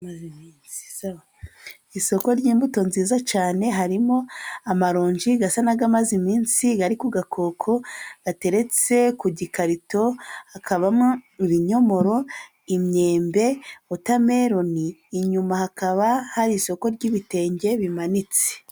Isoko ry'imbuto nziza cyane harimo amaronji asa n'amaze iminsi, ari ku gakoko gateretse ku gikarito hakabamo ibinyomoro, imyembe, wotameloni, inyuma hakaba hari isoko ry'ibitenge bimanitse.